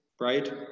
right